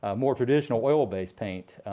ah more traditional oil-based paint